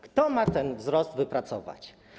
Kto ma ten wzrost wypracować?